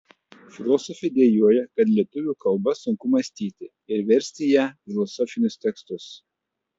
filosofė dejuoja kad lietuvių kalba sunku mąstyti ir versti į ją filosofinius tekstus